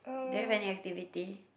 do you have any activity